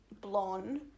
Blonde